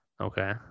Okay